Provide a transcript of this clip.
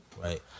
right